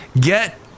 Get